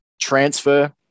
transfer